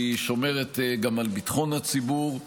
היא גם שומרת על ביטחון הציבור,